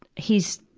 he's,